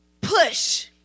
push